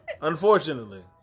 unfortunately